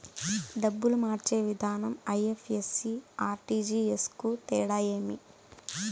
డబ్బులు మార్చే విధానం ఐ.ఎఫ్.ఎస్.సి, ఆర్.టి.జి.ఎస్ కు తేడా ఏమి?